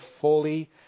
fully